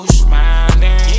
smiling